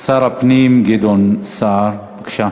שר הפנים גדעון סער, בבקשה.